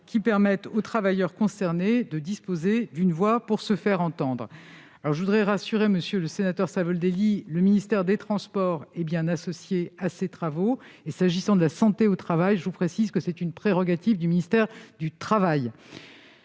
qui permette aux travailleurs concernés de disposer d'un moyen de se faire entendre. Je voudrais rassurer M. le sénateur Savoldelli, ... Ça va être dur !... le ministère des transports est bien associé à ces travaux. S'agissant de la santé au travail, je vous précise qu'il s'agit d'une prérogative du ministère du travail.